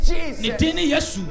Jesus